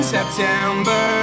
September